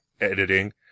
editing